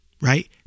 right